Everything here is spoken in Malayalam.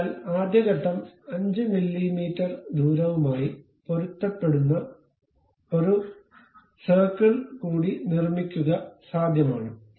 അതിനാൽ ആദ്യ ഘട്ടം 5 മില്ലീമീറ്റർ ദൂരവുമായി പൊരുത്തപ്പെടുന്ന ഒരു സർക്കിൾ കൂടി നിർമ്മിക്കുക സാധ്യമാണ്